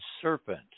serpent